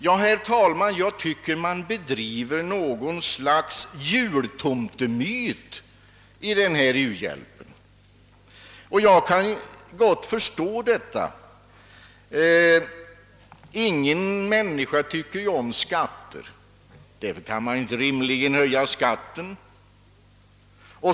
Jag tycker faktiskt att man försöker skapa något slags jultomtemyt i fråga om denna uhjälp. Och jag kan gott förstå detta. Ingen människa tycker ju om skatter, och därför kan man inte rimligen föreslå höjda skatter.